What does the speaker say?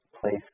place